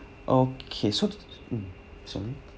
okay so mm sorry